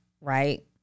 right